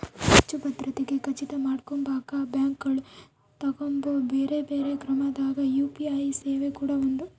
ಹೆಚ್ಚು ಭದ್ರತೆಗೆ ಖಚಿತ ಮಾಡಕೊಂಬಕ ಬ್ಯಾಂಕುಗಳು ತಗಂಬೊ ಬ್ಯೆರೆ ಬ್ಯೆರೆ ಕ್ರಮದಾಗ ಯು.ಪಿ.ಐ ಸೇವೆ ಕೂಡ ಒಂದು